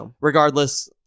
Regardless